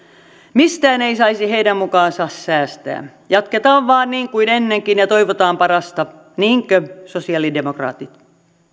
mistään ei saisi heidän mukaansa säästää jatketaan vain niin kuin ennenkin ja toivotaan parasta niinkö sosialidemokraatit